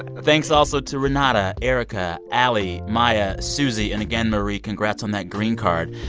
thanks also to renata, erica, allie, maya, susie. and again, marie, congrats on that green card.